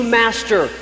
master